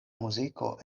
muziko